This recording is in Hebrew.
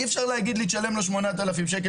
אי אפשר להגיד לי לשלם לו 8,000 שקל